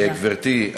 גברתי,